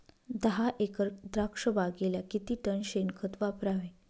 दहा एकर द्राक्षबागेला किती टन शेणखत वापरावे?